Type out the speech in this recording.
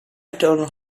told